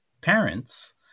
parents